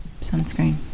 Sunscreen